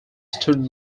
student